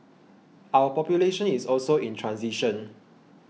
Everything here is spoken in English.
our population is also in transition